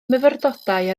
myfyrdodau